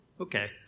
okay